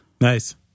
Nice